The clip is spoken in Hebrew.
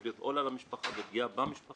ולהיות עול על המשפחה ופגיעה במשפחה.